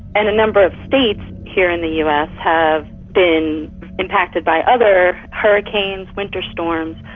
and a number of states here in the us have been impacted by other hurricanes, winter storms,